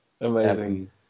Amazing